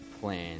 plan